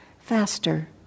faster